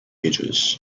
ages